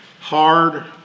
hard